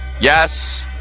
Yes